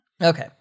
Okay